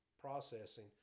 processing